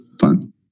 Fun